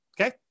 Okay